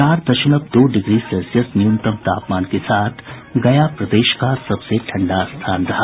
चार दशमलव दो डिग्री सेल्सियस न्यूनतम तापमान के साथ गया प्रदेश का सबसे ठंड स्थान रहा